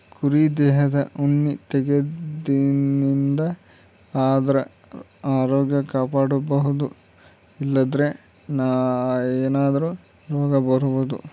ಕುರಿ ದೇಹದ್ ಉಣ್ಣಿ ತೆಗ್ಯದ್ರಿನ್ದ ಆದ್ರ ಆರೋಗ್ಯ ಕಾಪಾಡ್ಕೊಬಹುದ್ ಇಲ್ಲಂದ್ರ ಏನಾದ್ರೂ ರೋಗ್ ಬರಬಹುದ್